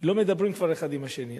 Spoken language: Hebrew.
לא מדברים אחד עם השני,